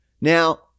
Now